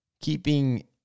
keeping